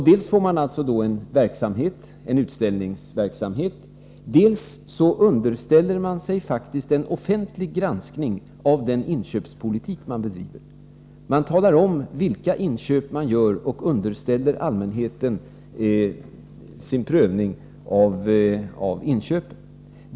Dels får man därigenom en utställningsverksamhet, dels underställer man sig en offentlig granskning av sin inköpspolitik. Man talar om vilka inköp man gör och underställer inköpen allmänhetens prövning.